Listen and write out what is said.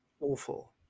awful